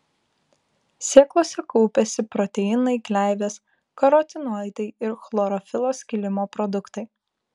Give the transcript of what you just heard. sėklose kaupiasi proteinai gleivės karotinoidai ir chlorofilo skilimo produktai